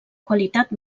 qualitat